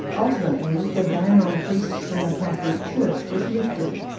ultimately, the ban on priests from the catholic church was lifted.